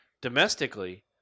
domestically